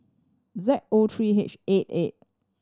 Z O three H eight eight